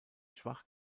schwach